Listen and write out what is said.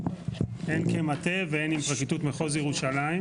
הן כמטה והן עם פרקליטות מחוז ירושלים.